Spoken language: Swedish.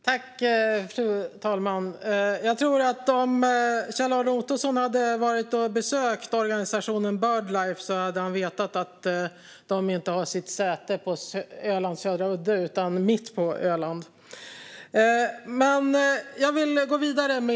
Fru talman! Jag tror att om Kjell-Arne Ottosson hade besökt organisationen Bird Life hade han vetat att de inte har sitt säte på Ölands södra udde utan mitt på Öland. Jag ska gå vidare.